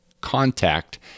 contact